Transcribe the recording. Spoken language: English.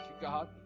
God